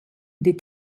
des